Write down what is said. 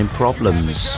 problems